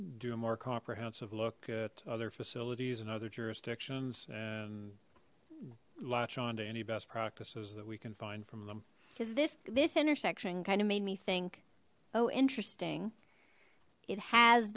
a more comprehensive look at other facilities and other jurisdictions and latch on to any best practices that we can find from them because this this intersection kind of made me think oh interesting